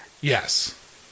Yes